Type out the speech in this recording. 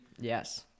yes